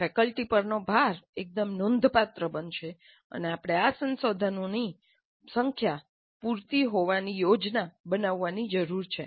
faculty પરનો ભાર એકદમ નોંધપાત્ર બનશે અને આપણે આ સંસાધનોની સંખ્યા પૂરતી હોવાની યોજના બનાવવાની જરૂર છે